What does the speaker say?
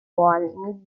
wall